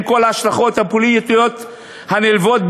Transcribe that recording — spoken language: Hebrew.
עם כל ההשלכות הפוליטיות הנלוות,